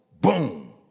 boom